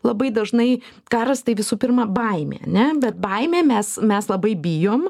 labai dažnai karas tai visų pirma baimė ane bet baimę mes mes labai bijom